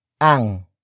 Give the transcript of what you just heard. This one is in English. Ang